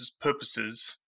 purposes